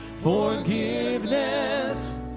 forgiveness